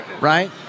Right